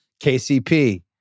kcp